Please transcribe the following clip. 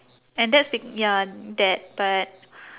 and that's b~ ya that but